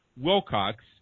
Wilcox